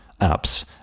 apps